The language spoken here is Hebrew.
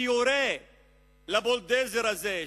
שיורה לבולדוזר הזה,